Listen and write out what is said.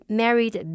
married